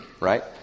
Right